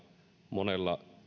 monella